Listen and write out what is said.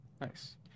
Nice